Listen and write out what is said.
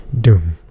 doom